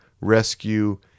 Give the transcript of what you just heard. rescue